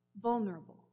vulnerable